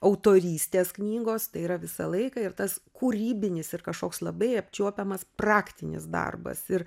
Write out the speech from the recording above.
autorystės knygos tai yra visą laiką ir tas kūrybinis ir kažkoks labai apčiuopiamas praktinis darbas ir